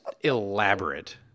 elaborate